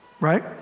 right